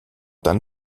dann